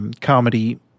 comedy